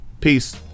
Peace